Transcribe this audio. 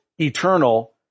eternal